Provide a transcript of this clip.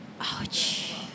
Ouch